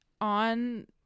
on